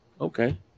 Okay